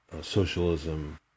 socialism